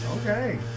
okay